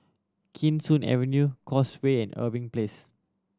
Kee Sun Avenue Causeway and Irving Place